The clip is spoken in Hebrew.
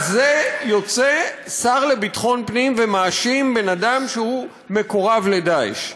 על זה יוצא שר לביטחון פנים ומאשים בן-אדם שהוא מקורב ל"דאעש".